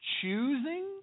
Choosing